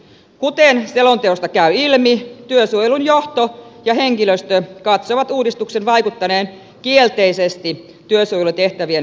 kuten selonteosta käy ilmi työsuojelun johto ja henkilöstö katsovat uudistuksen vaikuttaneen kielteisesti työsuojelutehtävien tulosohjaukseen